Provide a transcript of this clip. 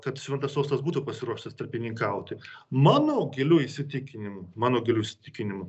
kad šventas sostas būtų pasiruošęs tarpininkauti mano giliu įsitikinimu mano giliu įsitikinimu